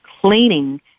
Cleaning